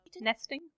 Nesting